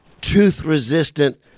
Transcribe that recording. tooth-resistant